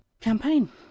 campaign